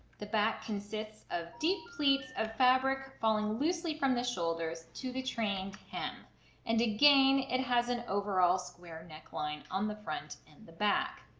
the back consists of deep pleats of fabric falling loosely from the shoulders to the trained hem and again it has an overall square neckline on the front and the back.